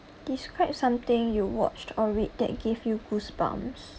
describe something you watched or read that give you goosebumps